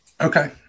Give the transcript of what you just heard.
Okay